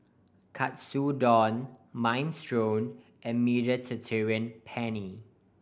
Katsudon Minestrone and Mediterranean Penne